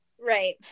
Right